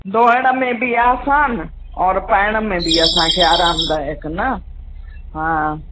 धोइण में बि आसान और पाइण में बि असांखे आरामदायक न हा